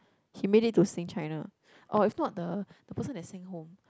he made it to Sing China or if not the the person that sing home